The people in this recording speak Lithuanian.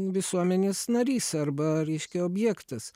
visuomenės narys arba reiškia objektas